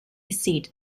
seat